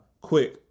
quick